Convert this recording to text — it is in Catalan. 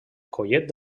collet